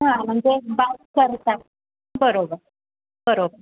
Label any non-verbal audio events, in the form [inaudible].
हां म्हणजे [unintelligible] बरोबर बरोबर